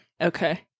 Okay